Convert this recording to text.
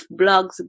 blogs